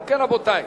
רבותי,